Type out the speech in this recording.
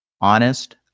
Honest